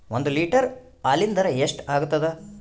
ಒಂದ್ ಲೀಟರ್ ಹಾಲಿನ ದರ ಎಷ್ಟ್ ಆಗತದ?